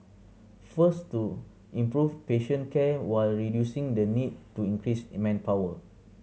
first to improve patient care while reducing the need to increase in manpower